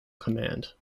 command